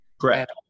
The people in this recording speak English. Correct